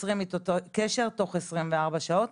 יוצרים איתו קשר בתוך 24 שעות,